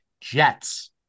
Jets